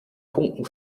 funken